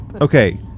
Okay